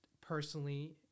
personally